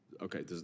Okay